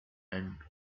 and